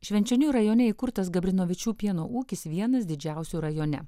švenčionių rajone įkurtas gabrinovičių pieno ūkis vienas didžiausių rajone